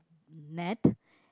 net